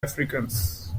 africans